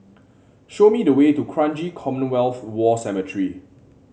show me the way to Kranji Commonwealth War Cemetery